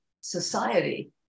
society